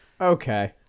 Okay